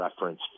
reference